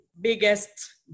biggest